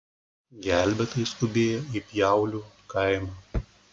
gelbėtojai skubėjo į pjaulių kaimą